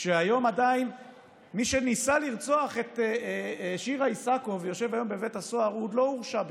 היום מי שניסה לרצוח את שירה איסקוב ויושב בבית הסוהר עדיין לא הורשע,